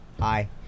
Hi